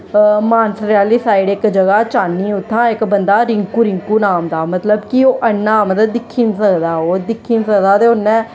मानसरै आह्ली साइड इक जगह् ऐ चाह्नी उत्थां दा इक बंदा ऐ रिंकु रिंकु नाम दा मतलब कि ओह् अन्ना ऐ मतलब दिक्खी नी सकदा ऐ ओह् दिक्खी नी सकदा ते उ'न्नै